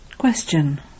Question